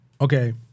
Okay